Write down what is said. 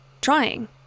trying